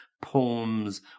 poems